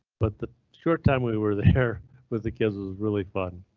but the short time we were there with the kids is really fun.